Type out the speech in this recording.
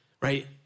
right